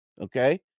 okay